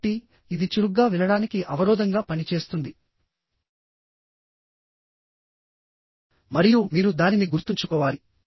కాబట్టి ఇది చురుగ్గా వినడానికి అవరోధంగా పని చేస్తుంది మరియు మీరు దానిని గుర్తుంచుకోవాలి